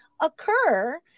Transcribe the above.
occur